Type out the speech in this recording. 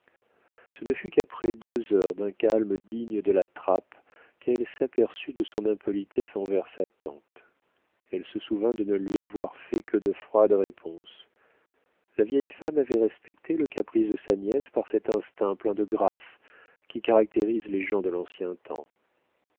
ce ne fut qu'après deux heures d'un calme digne de la trappe qu'elle s'aperçut de son impolitesse envers sa tante elle se souvint de ne lui avoir fait que de froides réponses la vieille femme avait respecté le caprice de sa nièce par cet instinct plein de grâce qui caractérise les gens de l'ancien temps